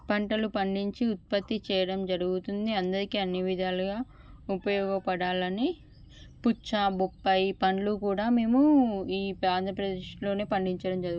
పంటలు పండించి ఉత్పత్తి చేయడం జరుగుతుంది అందరికీ అన్ని విధాలుగా ఉపయోగపడాలి అని పుచ్చ బొప్పాయి పళ్ళు కూడా మేము ఈ ఆంధ్రప్రదేశ్లోనే పండించడం జరు